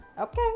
Okay